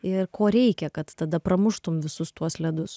ir ko reikia kad tada pramuštum visus tuos ledus